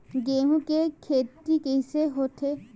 गेहूं के खेती कइसे होथे?